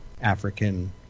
African